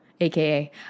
AKA